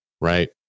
Right